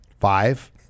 five